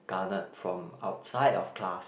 garnered from outside of class